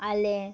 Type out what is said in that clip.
आलें